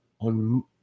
on